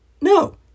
No